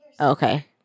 Okay